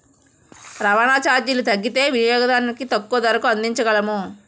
రవాణా చార్జీలు తగ్గితే వినియోగదానికి తక్కువ ధరకు అందించగలము